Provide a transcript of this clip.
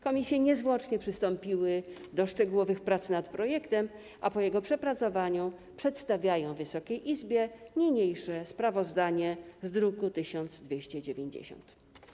Komisje niezwłocznie przystąpiły do szczegółowych prac nad projektem, a po jego przepracowaniu przedstawiają Wysokiej Izbie niniejsze sprawozdanie z druku nr 1290.